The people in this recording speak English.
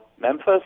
Memphis